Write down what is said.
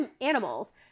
animals